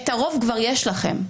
את הרוב כבר יש לכם.